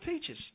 teaches